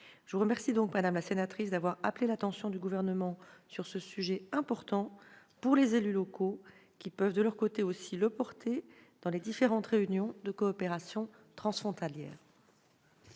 Je vous remercie donc, madame la sénatrice, d'avoir appelé l'attention du Gouvernement sur ce sujet important pour les élus locaux, qui peuvent aussi le porter, de leur côté, dans les différentes réunions de coopération transfrontalières.